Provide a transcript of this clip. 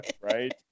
Right